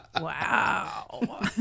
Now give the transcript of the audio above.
Wow